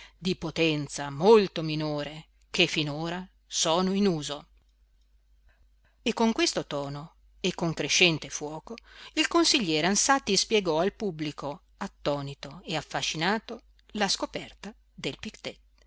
di potenza molto minore che finora sono in uso e con questo tono e con crescente fuoco il consigliere ansatti spiegò al pubblico attonito e affascinato la scoperta del